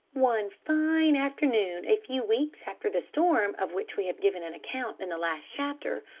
one fine afternoon, a few weeks after the storm of which we have given an account in the last chapter,